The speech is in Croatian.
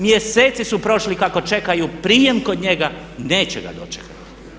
Mjeseci su prošli kako čekaju prijem kod njega, neće ga dočekati.